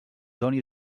doni